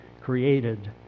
created